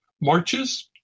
marches